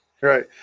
right